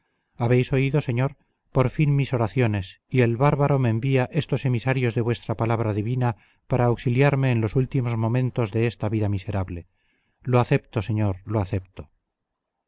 habéis oído señor por fin mis oraciones y el bárbaro me envía estos emisarios de vuestra palabra divina para auxiliarme en los últimos momentos de esta vida miserable lo acepto señor lo acepto